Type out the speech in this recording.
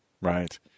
Right